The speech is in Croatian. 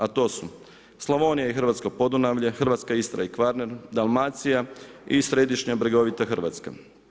A to su Slavonija i Hrvatsko Podunavlje, hrvatska Istra i Kvarner, Dalmacija i središnja bregovita Hrvatska.